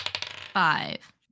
Five